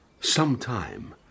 sometime